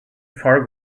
far